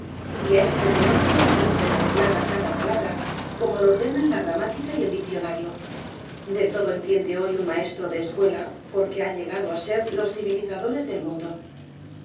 á este tenor cortadita y arreglada cada palabra como lo ordenan la gramática y el diccionario de todo entiende hoy día un maestro de escuela porque han llegado á ser los civilizadores del mundo